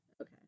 Okay